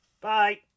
Bye